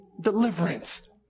deliverance